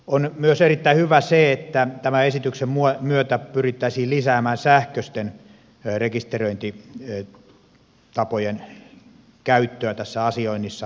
on myös erittäin hyvä se että tämän esityksen myötä pyrittäisiin lisäämään sähköisten rekisteröintitapojen käyttöä tässä asioinnissa